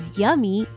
yummy